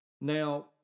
Now